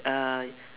uh